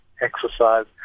exercise